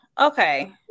Okay